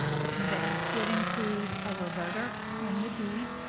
ah the conveyance did include a reverter in the deed,